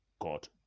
God